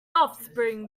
offspring